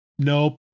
Nope